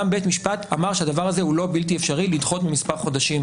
גם בית משפט אמר שהדבר הזה הוא לא בלתי אפשרי לדחות במספר חודשים,